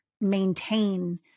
maintain